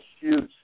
huge